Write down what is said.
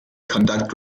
conduct